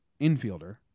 infielder